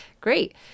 Great